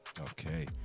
Okay